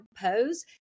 pose